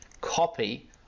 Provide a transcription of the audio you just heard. copy